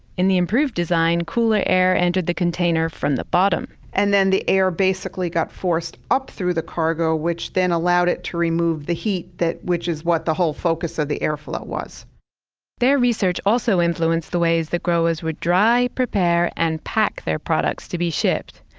in the improved design, cooler air entered the container from the bottom and then the air basically got forced up through the cargo, which then allowed it to remove the heat that, which is what the whole focus of the airflow was their research also influenced the ways that growers would dry, prepare, and pack their products to be shipped.